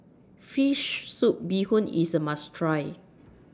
Fish Soup Bee Hoon IS A must Try